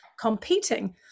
competing